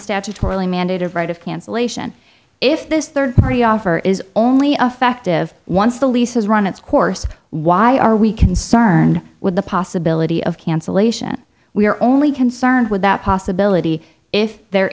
statutorily mandated right of cancellation if this third party offer is only affective once the lease has run its course why are we concerned with the possibility of cancellation we are only concerned with that possibility if there